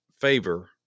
favor